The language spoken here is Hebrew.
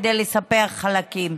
כדי לספח חלקים.